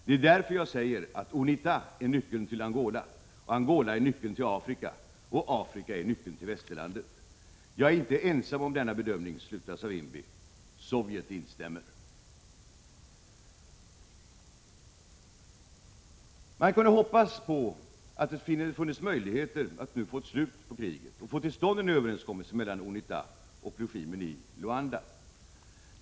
Det är därför jag säger, att UNITA är nyckeln till Angola, Angola är nyckeln till Afrika, och Afrika är nyckeln till Västerlandet. Jag är inte ensam om denna bedömning. Sovjet instämmer.” Man kunde hoppas att det nu hade funnits möjligheter att få ett slut på kriget och få till stånd en överenskommelse mellan UNITA och regimen i Luanda.